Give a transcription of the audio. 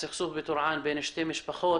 הסכסוך הוא בין שתי משפחות.